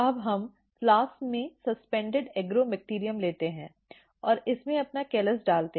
अब हम फ्लास्क में सस्पिन्डड एग्रोबैक्टीरियम लेते हैं और इसमें अपना कैलस डालते हैं